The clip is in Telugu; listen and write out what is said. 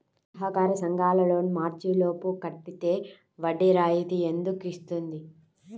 సహకార సంఘాల లోన్ మార్చి లోపు కట్టితే వడ్డీ రాయితీ ఎందుకు ఇస్తుంది?